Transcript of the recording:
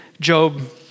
Job